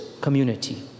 community